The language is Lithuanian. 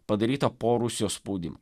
padaryta po rusijos spaudimo